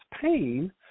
pain